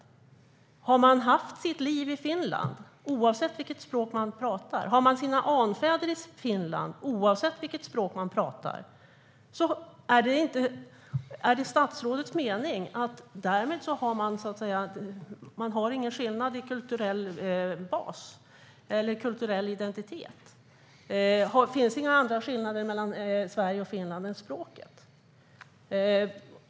Är det statsrådets mening att det för den som har haft sitt liv i Finland, oavsett vilket språk man pratar, och den som har sina anfäder i Finland, oavsett vilket språk man pratar, inte finns någon skillnad jämfört med svenskar när det gäller kulturell bas och identitet? Finns det inga andra skillnader mellan Sverige och Finland än språket?